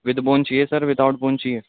with bone چہیے sir without bone چاہیے